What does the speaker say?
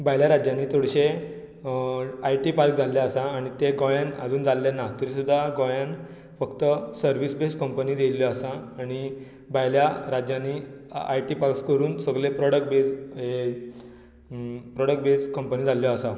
भायल्या राज्यांनी चडशे आयटी पार्क जाल्ले आसा आनी ते गोंयान आजून जाल्ले ना तरी सुद्दा गोंयान फक्त सर्वीस बेज कंपनीज येयल्ल्यो आसा आनी भायल्या राज्यांनी आयटी पास करून सोगले प्रॉडक बेज हे प्रॉडक बेज कंपनी जाल्ल्यो आसा